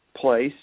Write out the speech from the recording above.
place